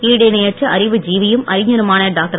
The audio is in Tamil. ஈடு இணையற்ற அறிவு ஜீவியும் அறிஞருமான டாக்டர்